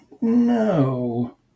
no